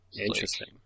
Interesting